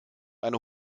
eine